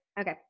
Okay